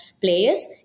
players